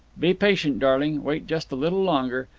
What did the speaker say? be patient, darling, wait just a little longer.